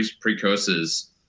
precursors